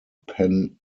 pen